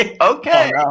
okay